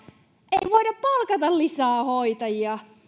ei voida palkata lisää hoitajia